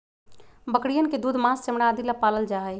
बकरियन के दूध, माँस, चमड़ा आदि ला पाल्ल जाहई